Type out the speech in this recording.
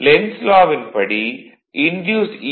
lens law வின் படி induced ஈ